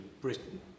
Britain